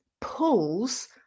pulls